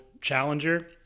challenger